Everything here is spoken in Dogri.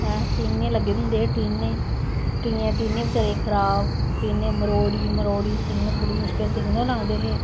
एंटिने लग्गे दे हुदे है एन्टिने केइये दे इंटिने बचारे दे खराव केइये दे मरोडी मरोडी सिगनल बडी मुशकिले सिगनल आंदे है